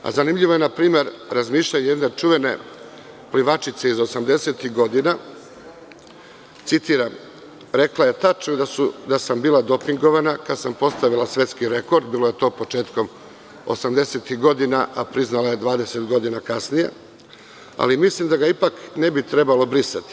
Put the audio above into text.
Zanimljivo je npr. razmišljanje jedne čuvene plivačice,80- tih godina i rekla je – tačno je da sam bila dopingovana, kada sam postavila svetski rekord i bilo je to početkom 80-tih godina, a priznala je 20 godina kasnije, ali mislim da ga ipak ne bi trebalo brisati.